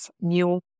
new